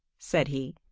said he,